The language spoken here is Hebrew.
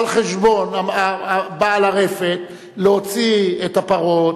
על חשבון בעל הרפת להוציא את הפרות,